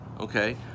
okay